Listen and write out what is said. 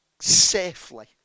safely